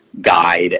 guide